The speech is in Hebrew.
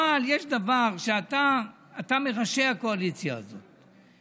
אבל יש דבר שאתה, אתה מראשי הקואליציה הזאת.